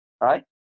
Right